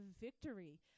victory